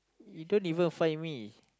you don't even find me